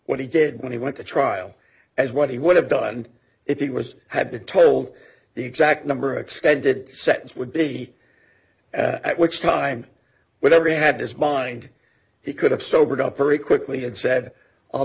what he did when he went to trial as what he would have done if he was have been told the exact number of extended sentence would be at which time whenever he had his mind he could have sobered up very quickly and said i'll